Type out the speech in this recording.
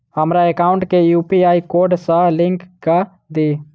हमरा एकाउंट केँ UPI code सअ लिंक कऽ दिऽ?